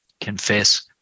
confess